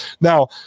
Now